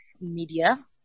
media